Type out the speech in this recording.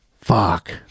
fuck